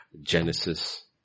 Genesis